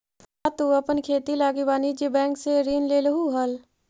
का तु अपन खेती लागी वाणिज्य बैंक से ऋण लेलहुं हल?